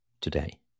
today